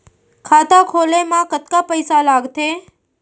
खाता खोले मा कतका पइसा लागथे?